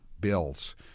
bills